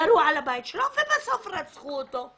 ירו על הבית שלו ובסוף רצחו אותו.